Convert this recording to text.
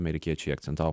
amerikiečiai akcentavo